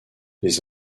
les